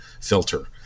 filter